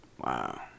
Wow